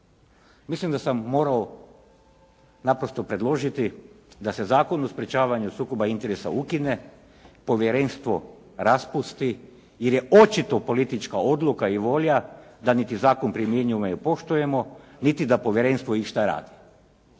Mislim da sam morao naprosto predložiti da se Zakon o sprečavanju sukoba interesa ukine, povjerenstvo raspusti jer je očito politička odluka i volja da niti zakon primjenjujemo i poštujemo niti da povjerenstvo išta radi.